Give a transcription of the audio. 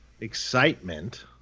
excitement